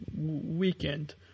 weekend